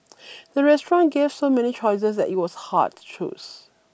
the restaurant gave so many choices that it was hard to choose